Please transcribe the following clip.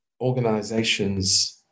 organizations